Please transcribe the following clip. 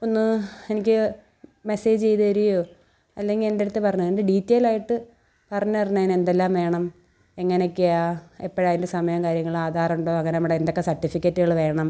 ഒന്ന് എനിക്ക് മെസ്സേജ് ചെയ്ത് തരുകയോ അല്ലെങ്കിൽ എൻ്റടുത്ത് പറഞ്ഞ് തന്ന് ഡീറ്റെയിലായിട്ട് പറഞ്ഞ് തരണേ എന്തെല്ലാം വേണം എങ്ങനൊക്കെയാണ് എപ്പോഴാണ് അതിൻ്റെ സമയം കാര്യങ്ങൾ ആധാറ് ഉണ്ടോ അങ്ങനെ നമ്മുടെ എന്തൊക്കെ സർട്ടിഫിക്കറ്റുകൾ വേണം